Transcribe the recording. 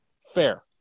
Fair